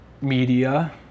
media